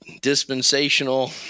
dispensational